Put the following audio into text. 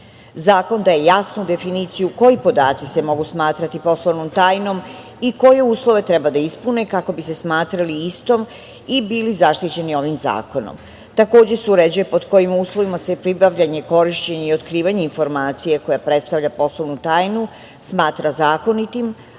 daje jasnu definiciju koji podaci se mogu smatrati poslovnom tajnom i koje uslove treba da ispune kako bi se smatrali istom i bili zaštićeni ovim zakonom. Takođe se uređuje pod kojim uslovima se pribavljanje, korišćenje i otkrivanje informacije koja predstavlja poslovnu tajnu smatra zakonitim,